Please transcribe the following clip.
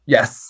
Yes